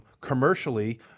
Commercially